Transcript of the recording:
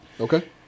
Okay